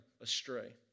astray